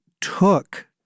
took